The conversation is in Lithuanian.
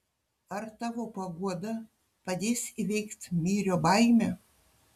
ar tavo paguoda padės įveikt myrio baimę